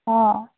অঁ